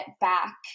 back